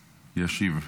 ישיב.